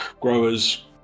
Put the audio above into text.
growers